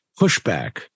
pushback